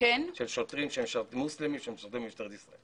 שוטרים מוסלמים שמשרתים במשטרת ישראל.